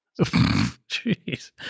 Jeez